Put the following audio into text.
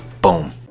boom